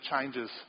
changes